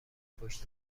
پشت